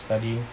studying